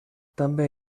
també